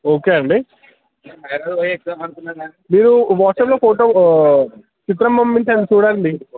okay అండి మీరు వాట్సాప్లో ఫోటో చిత్రం పంపించాను చూడండి